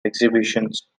exhibitions